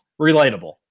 relatable